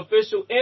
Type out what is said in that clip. official